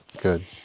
Good